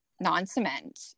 non-cement